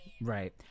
Right